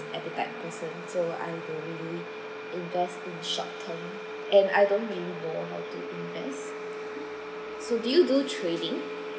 type of person so I don't really invest in short term and I don't really know how to invest so do you do trading